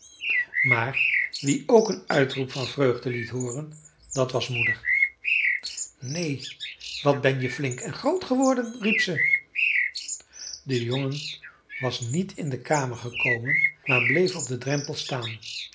maar wie ook een uitroep van vreugde liet hooren dat was moeder neen wat ben je flink en groot geworden riep ze de jongen was niet in de kamer gekomen maar bleef op den drempel staan